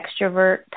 extrovert